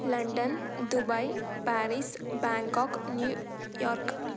London Dubai Paris Bangkok New York